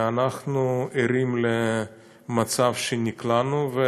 אנחנו ערים למצב שנקלענו אליו,